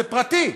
זה פרטי,